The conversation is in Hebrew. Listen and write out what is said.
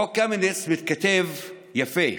חוק קמיניץ מתכתב יפה